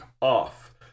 off